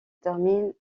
termine